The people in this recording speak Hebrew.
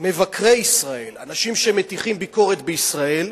מבקרי ישראל, אנשים שמטיחים ביקורת בישראל,